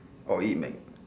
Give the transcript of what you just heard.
or eat Mac